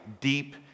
deep